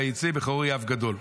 ויצא בחורי אף גדול"